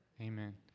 Amen